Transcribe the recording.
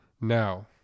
Now